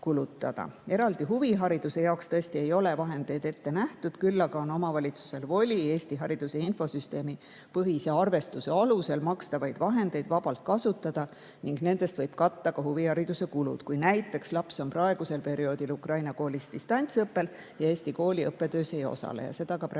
Eraldi huvihariduse jaoks ei ole vahendeid tõesti ette nähtud. Küll aga on omavalitsusel voli Eesti Hariduse Infosüsteemi põhise arvestuse alusel makstavaid vahendeid vabalt kasutada ning nendest võib katta ka huvihariduse kulud, näiteks kui laps on praegusel perioodil Ukraina koolis distantsõppel ja Eesti kooli õppetöös ei osale. Seda praegu